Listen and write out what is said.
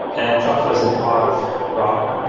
and truffle is a part of graal.